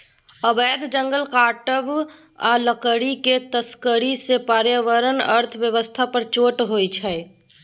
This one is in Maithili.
अबैध जंगल काटब आ लकड़ीक तस्करी सँ पर्यावरण अर्थ बेबस्था पर चोट होइ छै